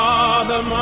Father